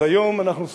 אז היום אנחנו שמחים,